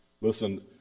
listen